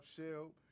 Shell